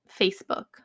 Facebook